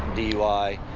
dui,